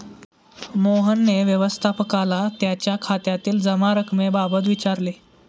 मोहनने व्यवस्थापकाला त्याच्या खात्यातील जमा रक्कमेबाबत विचारले